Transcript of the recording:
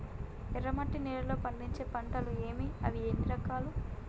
ఎర్రమట్టి నేలలో పండించే పంటలు ఏవి? అవి ఎన్ని రకాలు?